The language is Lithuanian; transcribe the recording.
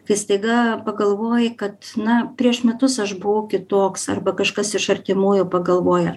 kai staiga pagalvoji kad na prieš metus aš buvau kitoks arba kažkas iš artimųjų pagalvoja